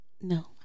No